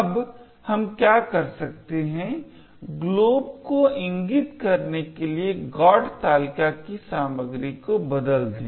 अब हम क्या कर सकते हैं glob को इंगित करने के लिए GOT तालिका की सामग्री को बदल दें